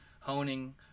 honing